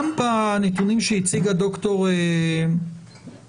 גם בנתונים שהציגה דוקטור ליבוביץ